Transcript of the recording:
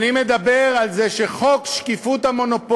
אני מדבר על זה שחוק שקיפות המונופולים,